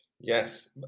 Yes